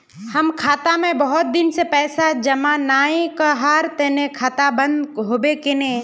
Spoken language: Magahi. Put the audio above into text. हम खाता में बहुत दिन से पैसा जमा नय कहार तने खाता बंद होबे केने?